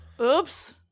Oops